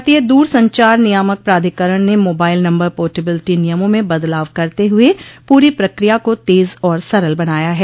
भारतीय दूरसंचार नियामक प्राधिकरण ने मोबाइल नंबर पोर्टबिलिटी नियमों में बदलाव करते हुए पूरी प्रक्रिया को तेज और सरल बनाया है